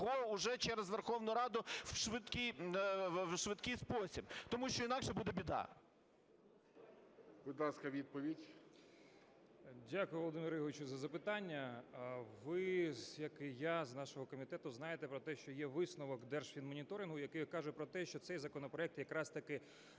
уже через Верховну Раду в швидкий спосіб. Тому що інакше буде біда. ГОЛОВУЮЧИЙ. Будь ласка, відповідь. 13:16:44 ЧЕРНЄВ Є.В. Дякую, Володимире Ігоровичу, за запитання. Ви, як і я, з нашого комітету знаєте про те, що є висновок Держфінмоніторингу, який каже про те, що цей законопроект якраз таки